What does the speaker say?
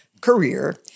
career